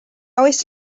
oes